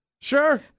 Sure